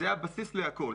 זה הבסיס לכול.